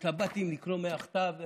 אני התלבטתי אם לקרוא מהכתב.